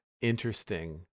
interesting